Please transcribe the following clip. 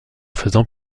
faisant